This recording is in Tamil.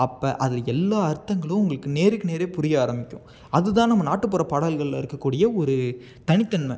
அப்போ அது எல்லா அர்த்தங்களும் உங்களுக்கு நேருக்கு நேரா புரிய ஆரம்பிக்கும் அதுதான் நம்ம நாட்டுப்புற பாடல்களில் இருக்க கூடிய ஒரு தனித்தன்மை